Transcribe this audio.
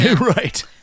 Right